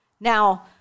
Now